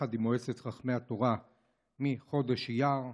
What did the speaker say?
יחד עם מועצת חכמי התורה מחודש אייר,